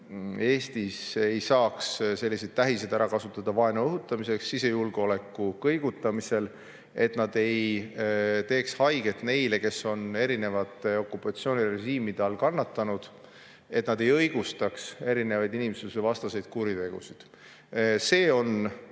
Eestis ei saaks selliseid tähiseid ära kasutada vaenu õhutamiseks ja sisejulgeoleku kõigutamiseks, et nad ei teeks haiget neile, kes on erinevate okupatsioonirežiimide all kannatanud, ja et nad ei õigustaks erinevaid inimsusevastaseid kuritegusid. See on,